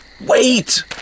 wait